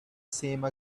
same